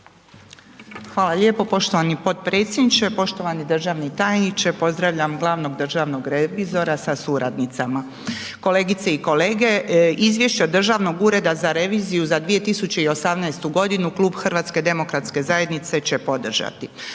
Hvala lijepa poštovani podpredsjedniče, poštovani državni tajniče, pozdravljam glavnog državnog revizora sa suradnicama, kolegice i kolege, Izvješća Državnog ureda za reviziju za 2018. godinu Klub HDZ-a će podržati.